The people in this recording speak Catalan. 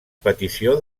petició